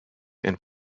and